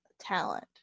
talent